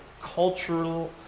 cultural